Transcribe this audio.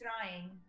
trying